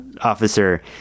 officer